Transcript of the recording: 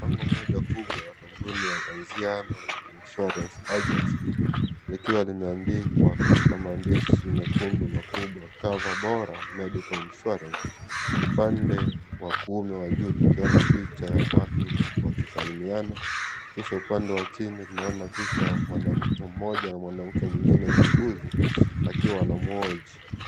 Bango moja kubwa kampuni ya Anziano Insurance Agency likiwa ,limeandikwa katika maandishi mekundu makubwa CoverBora Medical Insurance Upande wa kuume juu tukiona picha ya watu wakisalimiana kisha upande wa chini tunaona picha ya mwanamke mmoja na mwanamke mwingine muuguzi akiwa anamhoji.